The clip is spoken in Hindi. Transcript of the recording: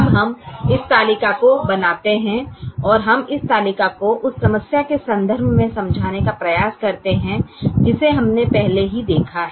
अब हम इस तालिका को बनाते हैं और हम इस तालिका को उस समस्या के संदर्भ में समझाने का प्रयास करते हैं जिसे हमने पहले ही देखा है